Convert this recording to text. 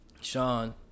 sean